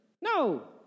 No